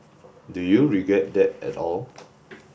do you regret that at all